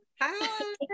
Hi